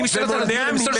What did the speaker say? אני משתלט על הדיון?